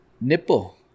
nipple